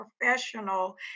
professional